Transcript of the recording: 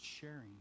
sharing